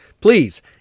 please